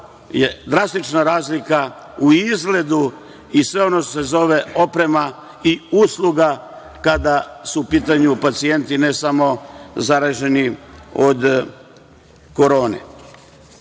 drastična razlika u izgledu i sve onog što se zove oprema i usluga, kada su u pitanju pacijenti, ne samo zaraženi od Korone. Želim